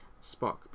Spock